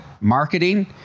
marketing